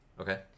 Okay